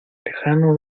lejano